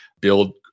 build